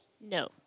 No